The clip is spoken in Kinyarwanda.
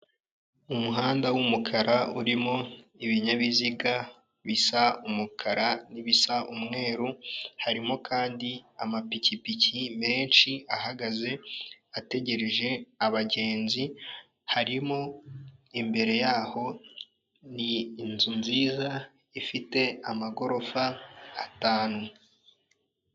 Umuhanda w'umukara urimo ibinyabiziga bisa umukara n'ibisa umweru, harimo kandi amapikipiki menshi ahagaze ategereje abagenzi, harimo imbere yaho ni inzu nziza ifite amagorofa atanu.